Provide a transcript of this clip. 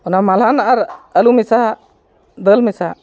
ᱚᱱᱟ ᱢᱟᱞᱦᱟᱱ ᱟᱨ ᱟᱹᱞᱩ ᱢᱮᱥᱟ ᱫᱟᱹᱞ ᱢᱮᱥᱟ